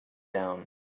down